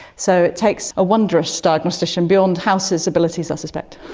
so it takes a wondrous diagnostician, beyond house's abilities i suspect.